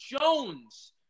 Jones